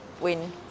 win